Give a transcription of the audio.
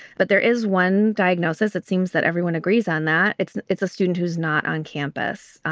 but there is one diagnosis, it seems that everyone agrees on that. it's it's a student who's not on campus.